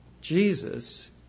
Jesus